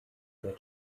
der